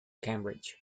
cambridge